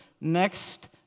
next